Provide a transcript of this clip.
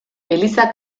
eliza